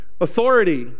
Authority